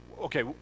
okay